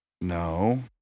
No